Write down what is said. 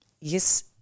Yes